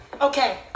Okay